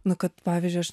nu kad pavyzdžiui aš